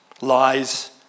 lies